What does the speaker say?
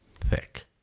thick